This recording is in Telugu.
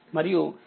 మరియుఈ 0